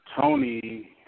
Tony